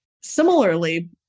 similarly